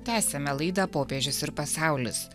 tęsiame laidą popiežius ir pasaulis